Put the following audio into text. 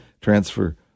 transfer